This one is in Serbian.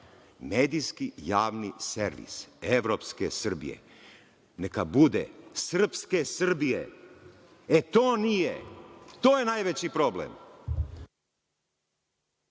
medijski javni servi evropske Srbije neka bude srpske Srbije. E, to je najveći problem.